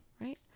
Right